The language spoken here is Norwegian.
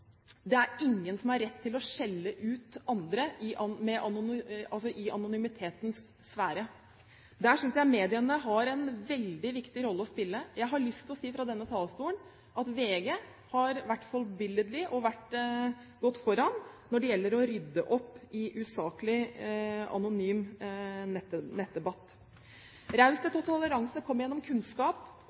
ingen har rett til å skjelle ut andre i anonymitetens sfære. Der synes jeg mediene har en veldig viktig rolle å spille. Jeg har lyst til å si fra denne talerstolen at VG har vært forbilledlig og gått foran når det gjelder å rydde opp i usaklig, anonym nettdebatt. Raushet og toleranse kommer gjennom kunnskap.